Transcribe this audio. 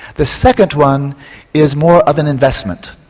the second one is more of an investment,